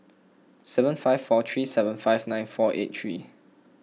seven five four three seven five nine four eight three